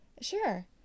sure